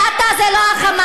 זה אתה, זה לא ה"חמאס".